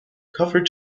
cover